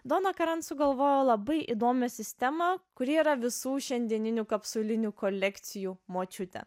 dona karan sugalvojo labai įdomią sistemą kuri yra visų šiandieninių kapsulinių kolekcijų močiutė